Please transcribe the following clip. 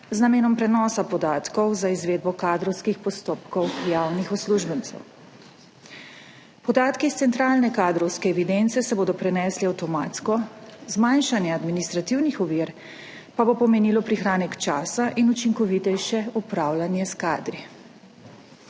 z namenom prenosa podatkov za izvedbo kadrovskih postopkov javnih uslužbencev. Podatki iz centralne kadrovske evidence se bodo prenesli avtomatsko, zmanjšanje administrativnih ovir pa bo pomenilo prihranek časa in učinkovitejše upravljanje s kadri.